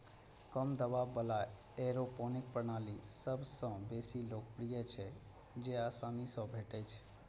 कम दबाव बला एयरोपोनिक प्रणाली सबसं बेसी लोकप्रिय छै, जेआसानी सं भेटै छै